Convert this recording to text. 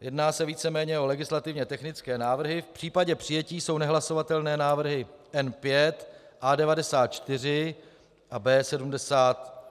jedná se víceméně o legislativně technické návrhy, v případě přijetí jsou nehlasovatelné návrhy N5, A94 a B72.